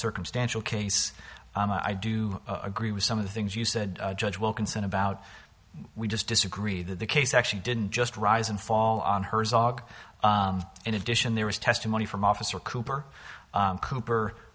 circumstantial case i do agree with some of the things you said judge wilkinson about we just disagree that the case actually didn't just rise and fall on herzog in addition there was testimony from officer cooper cooper